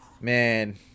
man